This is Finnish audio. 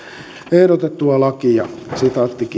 ehdotettua lakia